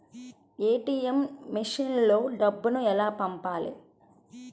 ATM మెషిన్లో డబ్బులు ఎలా పంపాలి?